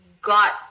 got